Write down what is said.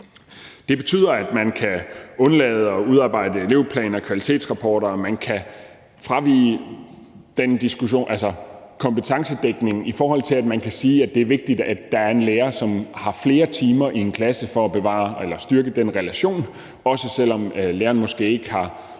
Det betyder, at man kan undlade at udarbejde elevplaner og kvalitetsrapporter, og at man kan fravige den diskussion, altså kompetencedækningen, i forhold til at man kan sige, at det er vigtigt, at der er en lærer, som har flere timer i en klasse for at styrke den relation – også selv om læreren måske ikke har